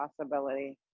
possibility